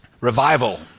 Revival